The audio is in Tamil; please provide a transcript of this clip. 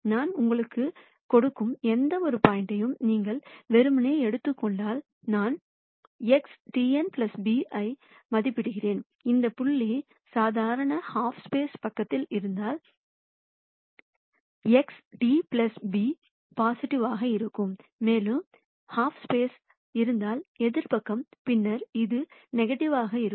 நான் உங்களுக்குக் கொடுக்கும் எந்தவொரு பாயிண்ட்யும் நீங்கள் வெறுமனே எடுத்துக் கொண்டால் நான் XT n b ஐ மதிப்பிடுகிறேன் அந்த புள்ளி சாதாரண ஹாஃப் ஸ்பேசின் பக்கத்தில் இருந்தால் XT b பொசிடிவிவாக இருக்கும் மேலும் அது ஹாஃப் ஸ்பேசில் இருந்தால் எதிர் பக்கம் பின்னர் அது நெகடிவ்வாக இருக்கும்